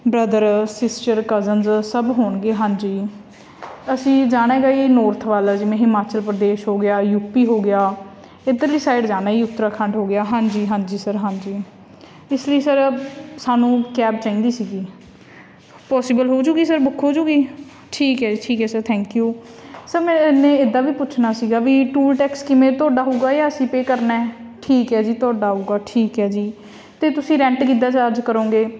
brother sister cousins ਸਭ ਹੋਣਗੇ ਹਾਂਜੀ ਅਸੀਂ ਜਾਣਾ ਹੈਗਾ ਜੀ ਨੋਰਥ ਵੱਲ ਜਿਵੇਂ ਹਿਮਾਚਲ ਪ੍ਰਦੇਸ਼ ਹੋ ਗਿਆ ਯੂ ਪੀ ਹੋ ਗਿਆ ਇੱਧਰਲੀ ਸਾਈਡ ਜਾਣਾ ਜੀ ਉੱਤਰਾਖੰਡ ਹੋ ਗਿਆ ਹਾਂਜੀ ਹਾਂਜੀ ਸਰ ਹਾਂਜੀ ਇਸ ਲਈ ਸਰ ਸਾਨੂੰ ਕੈਬ ਚਾਹੀਦੀ ਸੀਗੀ ਪੋਸੀਬਲ ਹੋ ਜੂਗੀ ਸਰ ਬੁੱਕ ਹੋ ਜੂਗੀ ਠੀਕ ਹੈ ਠੀਕ ਹੈ ਸਰ ਥੈਂਕ ਯੂ ਸਰ ਮੈਨੇ ਇੱਦਾਂ ਵੀ ਪੁੱਛਣਾ ਸੀਗਾ ਵੀ ਟੂਲ ਟੈਕਸ ਕਿਵੇਂ ਤੁਹਾਡਾ ਹੋਵੇਗਾ ਜਾਂ ਅਸੀਂ ਪੇ ਕਰਨਾ ਠੀਕ ਹੈ ਜੀ ਤੁਹਾਡਾ ਹੋਵੇਗਾ ਠੀਕ ਹੈ ਜੀ ਅਤੇ ਤੁਸੀਂ ਰੈਂਟ ਕਿੱਦਾਂ ਚਾਰਜ ਕਰੋਂਗੇ